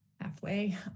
halfway